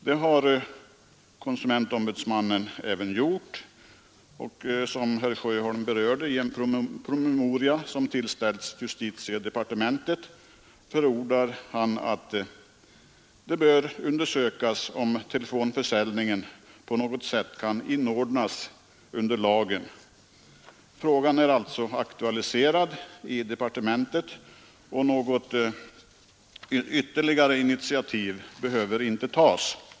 Det har konsumentombudsmannen även gjort, och i en promemoria som tillställts justitiedepartementet — och som herr Sjöholm här berört — förordade han att det bör undersökas om telefonförsäljningen på något sätt kan inordnas under lagen. Frågan är alltså aktualiserad i departementet, och något ytterligare initiativ behöver inte tas.